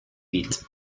beat